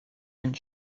and